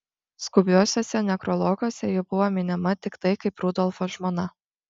skubiuosiuose nekrologuose ji buvo minima tiktai kaip rudolfo žmona